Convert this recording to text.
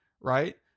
right